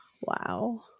Wow